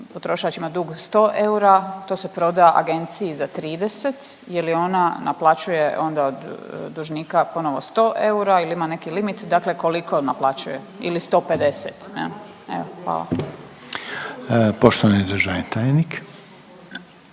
potrošač ima dug 100 eura to se proda agenciji za 30, je li ona naplaćuje onda od dužnika ponovno 100 eura ili ima neki limit, dakle koliko naplaćuje? Ili 150, evo. Hvala.